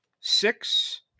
six